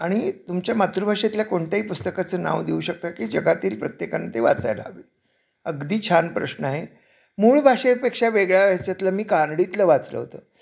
आणि तुमच्या मातृभाषेतल्या कोणत्याही पुस्तकाचं नाव देऊ शकता की जगातील प्रत्येकांना ते वाचायला हवी अगदी छान प्रश्न आहे मूळ भाषेपेक्षा वेगळ्या याच्यातलं मी कानडीतलं वाचलं होतं